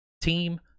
team